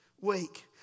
weak